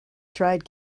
tried